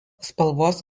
spalvos